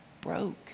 broke